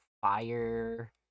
fire